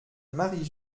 marie